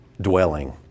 dwelling